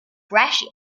brescia